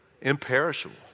Imperishable